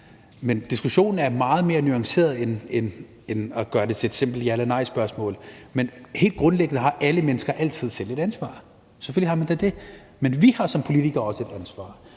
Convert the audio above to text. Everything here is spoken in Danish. Men diskussionen er meget mere kompliceret, end at man kan gøre det til et simpelt ja eller nej-spørgsmål. Men helt grundlæggende har alle mennesker altid selv et ansvar. Selvfølgelig har man da det. Men vi har som politikere også et ansvar.